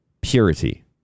Purity